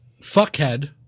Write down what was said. Fuckhead